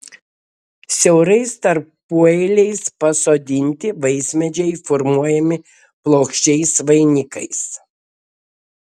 siaurais tarpueiliais pasodinti vaismedžiai formuojami plokščiais vainikais